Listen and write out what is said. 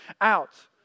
out